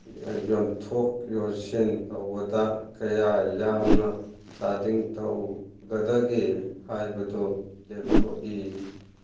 ꯌꯣꯟꯊꯣꯛ ꯌꯣꯟꯁꯤꯟ ꯇꯧꯕꯗ ꯀꯌꯥ ꯌꯥꯝꯅ ꯆꯥꯗꯤꯡ ꯇꯧꯒꯗꯒꯦ ꯍꯥꯏꯕꯗꯨ ꯂꯦꯞꯊꯣꯛꯏ